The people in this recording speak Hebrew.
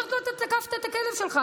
אומרת לו: אתה תקפת את הכלב שלך.